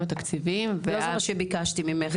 התקציביים -- זה לא מה שביקשתי ממך.